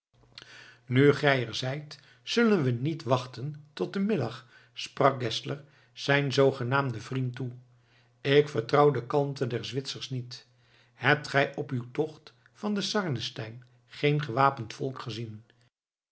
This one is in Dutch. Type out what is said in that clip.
nu gij er zijt zullen we niet wachten tot den middag sprak geszler zijn zoogenaamden vriend toe ik vertrouw de kalmte der zwitsers niet hebt gij op uw tocht van den sarnenstein geen gewapend volk gezien